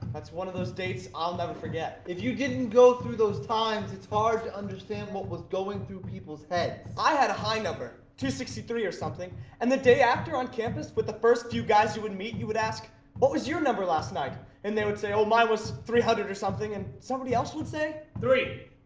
that's one of those dates i'll never forget. if you didn't go through those times, it's hard to understand what was going through people's head. i had a high number, two hundred and sixty three or something, and the day after on campus with the first few guys you would meet, you would ask what was your number last night? and they would say, um mine was three hundred or something, and somebody else would say three.